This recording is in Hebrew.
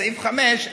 בסעיף 5,